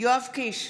יואב קיש,